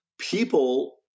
People